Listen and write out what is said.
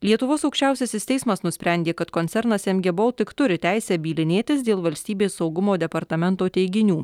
lietuvos aukščiausiasis teismas nusprendė kad koncernas mg boltik tik turi teisę bylinėtis dėl valstybės saugumo departamento teiginių